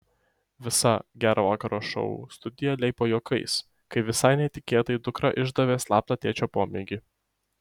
visa gero vakaro šou studija leipo juokais kai visai netikėtai dukra išdavė slaptą tėčio pomėgį